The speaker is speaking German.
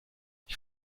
ich